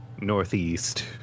northeast